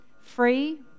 free